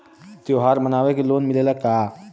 त्योहार मनावे के लोन मिलेला का?